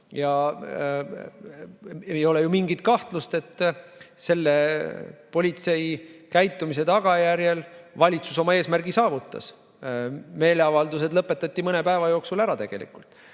Ei ole ju mingit kahtlust, et politsei käitumise tagajärjel valitsus oma eesmärgi saavutas, meeleavaldused lõpetati mõne päeva jooksul ära. Nii et